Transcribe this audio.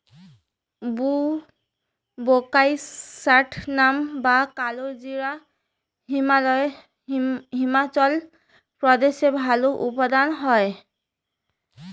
বুলবোকাস্ট্যানাম বা কালোজিরা হিমাচল প্রদেশে ভালো উৎপাদন হয়